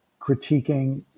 critiquing